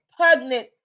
pugnant